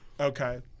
Okay